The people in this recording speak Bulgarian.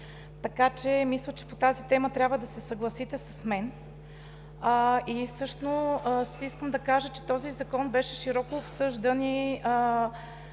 Така че мисля, че по тази тема трябва да се съгласите с мен. Също искам да кажа, че този закон беше широко обсъждан и